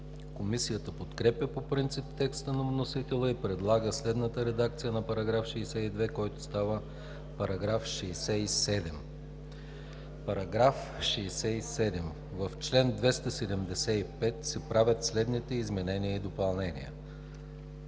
Комисията подкрепя по принцип текста на вносителя и предлага следната редакция на § 6, който става § 8: „§ 8. В чл. 22 се правят следните изменения и допълнения: